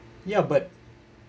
ya but